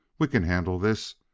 we can handle this.